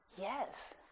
Yes